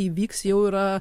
įvyks jau yra